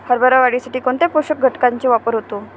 हरभरा वाढीसाठी कोणत्या पोषक घटकांचे वापर होतो?